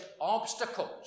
obstacles